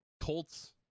Colts